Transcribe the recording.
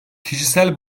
kişisel